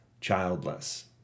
childless